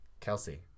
Kelsey